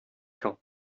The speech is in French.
camp